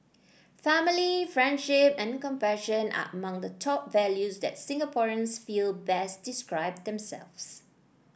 family friendship and compassion are among the top values that Singaporeans feel best describe themselves